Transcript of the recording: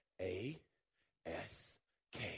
A-S-K